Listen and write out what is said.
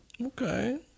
Okay